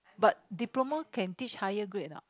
but diploma can teach higher grade or not